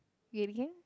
do it again